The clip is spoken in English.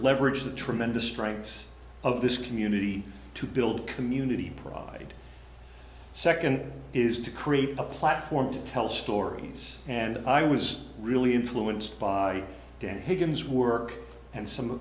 leverage the tremendous strengths of this community to build community provide second is to create a platform to tell stories and i was really influenced by dan higgins work and some